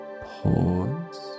pause